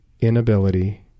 inability